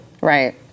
Right